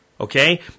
Okay